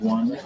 One